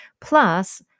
plus